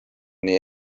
nii